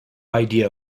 idea